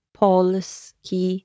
polski